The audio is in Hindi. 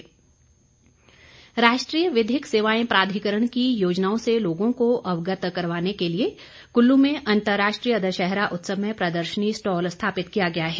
साक्षरता स्टॉल राष्ट्रीय विधिक सेवाएं प्राधिकरण की योजनाओं से लोगों को अवगत करवाने के लिए कुल्लू में अंतर्राष्ट्रीय दशहरा उत्सव में प्रदर्शनी स्टॉल स्थापित किया गया है